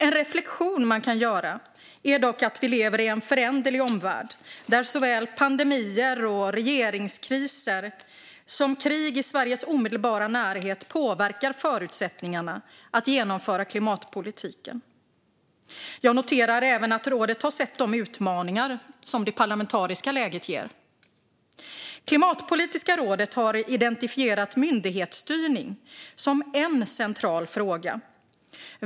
En reflektion man kan göra är dock att vi lever i en föränderlig omvärld, där såväl pandemier och regeringskriser som krig i Sveriges omedelbara närhet påverkar förutsättningarna att genomföra klimatpolitiken. Jag noterar även att rådet sett de utmaningar som det parlamentariska läget ger. Klimatpolitiska rådet har identifierat myndighetsstyrning som en central fråga.